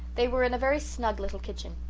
they were in a very snug little kitchen.